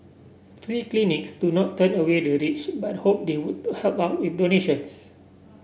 free clinics do not turn away the rich but hope they would help out with donations